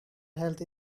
health